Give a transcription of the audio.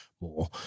more